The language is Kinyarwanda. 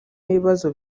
n’ibibazo